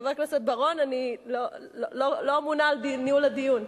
חבר הכנסת בר-און, אני לא אמונה על ניהול הדיון.